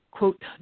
Quote